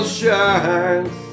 shines